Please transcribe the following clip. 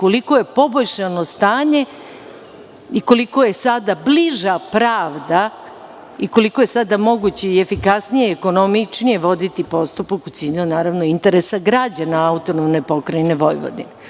koliko je poboljšano stanje i koliko je sada bliža pravda i koliko je sada moguće i efikasnije i ekonomičnije voditi postupak u cilju interesa građana AP Vojvodine. Prema